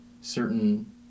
certain